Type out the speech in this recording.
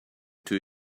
too